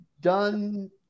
done